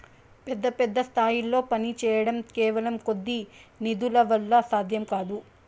పెద్ద పెద్ద స్థాయిల్లో పనిచేయడం కేవలం కొద్ది నిధుల వల్ల సాధ్యం కాదు